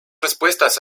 respuestas